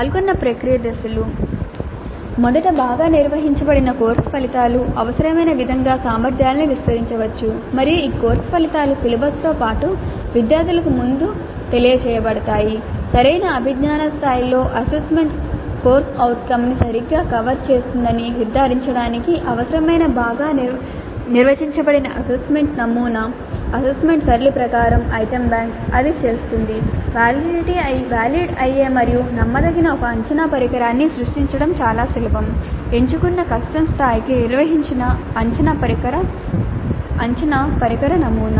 పాల్గొన్న ప్రక్రియ దశలు మొదట బాగా నిర్వచించబడిన కోర్సు ఫలితాలు అవసరమైన విధంగా సామర్థ్యాలకు విస్తరించవచ్చు మరియు ఈ కోర్సు ఫలితాలు సిలబస్తో పాటు విద్యార్థులకు ముందు తెలియజేయబడతాయి సరైన అభిజ్ఞా స్థాయిలలో అసెస్మెంట్ CO ని సరిగ్గా కవర్ చేస్తుందని నిర్ధారించడానికి అవసరమైన బాగా నిర్వచించబడిన అసెస్మెంట్ నమూనా అసెస్మెంట్ సరళి ప్రకారం ఐటెమ్ బ్యాంక్ అది చేస్తుంది వాలిడ్ అయ్యే మరియు నమ్మదగిన ఒక అంచనా పరికరాన్ని సృష్టించడం చాలా సులభం ఎంచుకున్న కష్టం స్థాయికి నిర్వచించిన అంచనా పరికర నమూనా